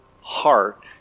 heart